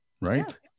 right